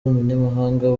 umunyamabanga